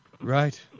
Right